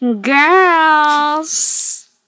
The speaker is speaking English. Girls